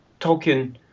Tolkien